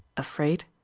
afraid.